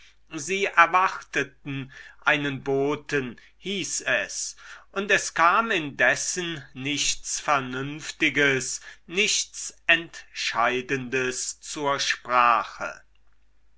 sie erwarteten einen boten hieß es und es kam indessen nichts vernünftiges nichts entscheidendes zur sprache